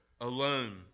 alone